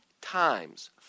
times